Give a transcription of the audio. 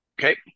Okay